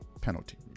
penalty